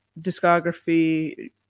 discography